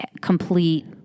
complete